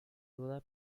duda